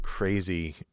crazy